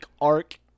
arc